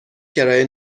کرایه